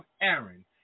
Aaron